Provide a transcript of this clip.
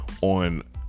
on